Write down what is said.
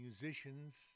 musicians